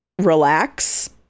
relax